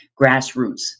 grassroots